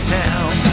town